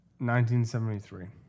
1973